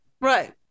Right